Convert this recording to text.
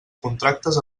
contractes